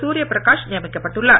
சூர்ய பிரகாஷ் நியமிக்கப்பட்டுள்ளார்